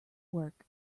work